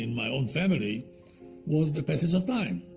and my own family was the passage of time.